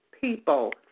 people